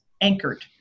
anchored